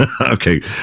Okay